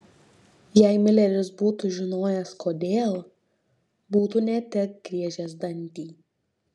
jei mileris būtų žinojęs kodėl būtų ne tik griežęs dantį